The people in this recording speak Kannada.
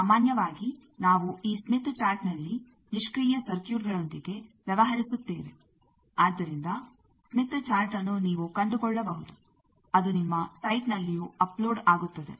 ಸಾಮಾನ್ಯವಾಗಿ ನಾವು ಈ ಸ್ಮಿತ್ ಚಾರ್ಟ್ನಲ್ಲಿ ನಿಷ್ಕ್ರಿಯ ಸರ್ಕ್ಯೂಟ್ಗಳೊಂದಿಗೆ ವ್ಯವಹರಿಸುತ್ತೇವೆ ಆದ್ದರಿಂದ ಸ್ಮಿತ್ ಚಾರ್ಟ್ಅನ್ನು ನೀವು ಕಂಡುಕೊಳ್ಳಬಹುದು ಅದು ನಿಮ್ಮ ಸೈಟ್ನಲ್ಲಿಯೂ ಅಪ್ಲೋಡ್ ಆಗುತ್ತದೆ